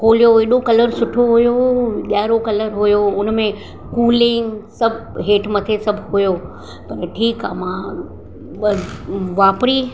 खोलियो एॾो कलर सुठो हुओ ॻयारो कलर हुयो उनमें कूलिंग सभु हेठि मथे सब हुओ पर ठीकु आहे मां वापरी